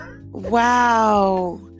Wow